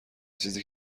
چیزی